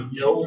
no